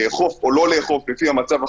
לאכוף או לא לאכוף לפי המצב החוקי,